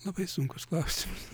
labai sunkus klausimas